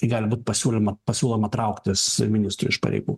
gali būt pasiūloma pasiūloma trauktis ministrui iš pareigų